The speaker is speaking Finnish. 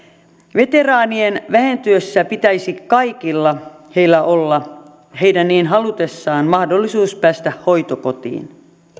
veteraanien vähentyessä pitäisi kaikilla heillä olla heidän niin halutessaan mahdollisuus päästä hoitokotiin